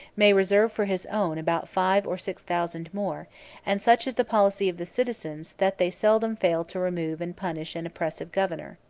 may reserve for his own about five or six thousand more and such is the policy of the citizens, that they seldom fail to remove and punish an oppressive governor.